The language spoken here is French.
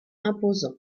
imposant